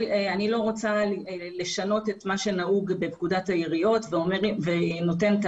אני לא רוצה לשנות את מה שנהוג בפקודת העיריות ונותן את